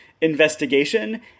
investigation